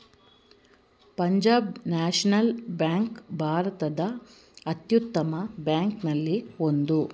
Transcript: Punjab national bank ಭಾರತದ ಅತ್ಯುತ್ತಮ ಬ್ಯಾಂಕಲ್ಲಿ ಒಂದು